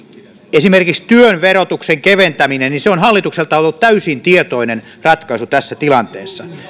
esimerkiksi työn verotuksen keventäminen on hallitukselta ollut täysin tietoinen ratkaisu tässä tilanteessa